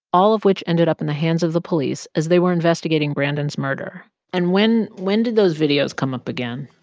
all of which ended up in the hands of the police as they were investigating brandon's murder and when when did those videos come up again?